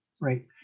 right